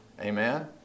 amen